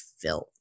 filth